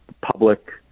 public